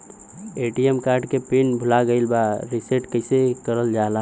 ATM card के pin भूला गइल बा रीसेट कईसे करल जाला?